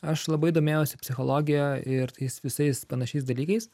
aš labai domėjausi psichologija ir tais visais panašiais dalykais